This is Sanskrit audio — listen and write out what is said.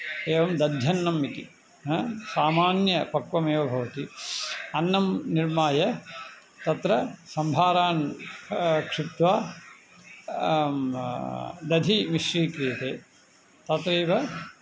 एवं दध्यन्नम् इति हा सामान्यपक्वमेव भवति अन्नं निर्माय तत्र सम्भारान् क्षित्वा दधि मिश्रीक्रियते तत् एव